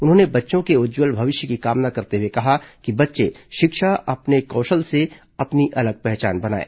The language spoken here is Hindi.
उन्होंने बच्चों के उज्जवल भविष्य की कामना करते हुए कहा कि बच्चे शिक्षा अपने कौशल से अपनी अलग पहचान बनाएं